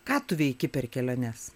ką tu veiki per keliones